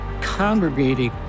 congregating